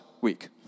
week